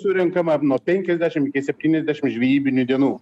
surenkama nuo penkiasdešim iki septyniasdešim žvejybinių dienų